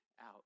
out